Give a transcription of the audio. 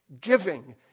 Giving